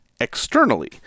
externally